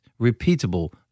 repeatable